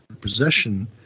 possession